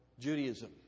Judaism